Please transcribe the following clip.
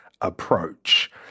approach